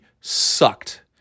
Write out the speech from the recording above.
sucked